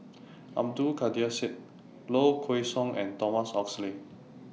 Abdul Kadir Syed Low Kway Song and Thomas Oxley